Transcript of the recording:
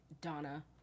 Donna